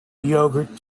yogurt